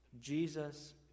Jesus